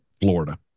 Florida